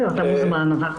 אתה מוזמן.